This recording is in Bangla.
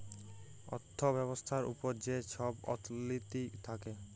অথ্থ ব্যবস্থার উপর যে ছব অথ্থলিতি থ্যাকে